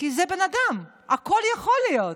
כי זה בן אדם, הכול יכול להיות.